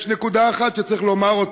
יש נקודה אחת שצריך לומר,